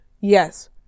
Yes